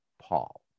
Paul